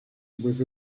with